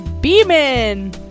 Beeman